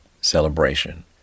celebration